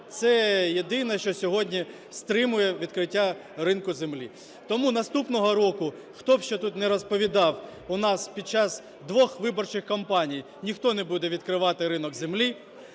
Це єдине, що сьогодні стримує відкриття ринку землі. Тому наступного року, хто б що тут не розповідав, у нас під час двох виборчих кампаній ніхто не буде відкривати ринок землі,